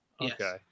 Okay